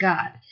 God